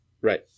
Right